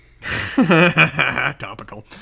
Topical